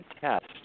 test